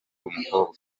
umukobwa